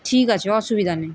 ঠিক আছে অসুবিধা নেই